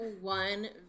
one